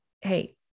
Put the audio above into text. Hey